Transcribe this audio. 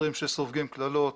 שוטרים שסופגים קללות,